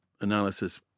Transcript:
analysis